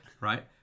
Right